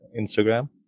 Instagram